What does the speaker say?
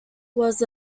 was